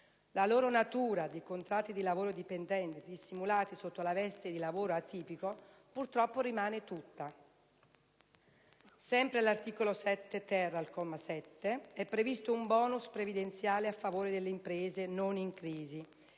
la loro natura di contratti di lavoro dipendente, dissimulati sotto la veste del lavoro atipico, purtroppo rimane tutta. Sempre all'articolo 7-*ter*, al comma 7, è previsto un *bonus* previdenziale a favore delle imprese non in crisi